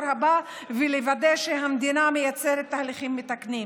הבא ולוודא שהמדינה מייצרת תהליכים מתקנים.